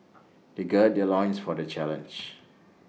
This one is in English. they gird their loins for the challenge